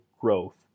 growth